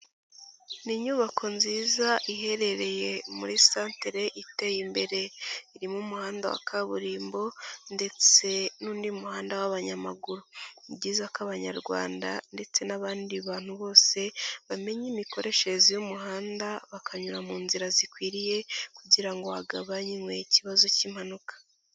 Ni inyubako nziza iherereye muri centre iteye imbere. Irimo umuhanda wa kaburimbo ndetse n'undi muhanda w'abanyamaguru. Ni byiza ko abanyarwanda ndetse n'abandi bantu bose bamenya imikoreshereze y'umuhanda, bakanyura mu nzira zikwiriye kugira ngo hagabanywe ikibazo cy'impanuka.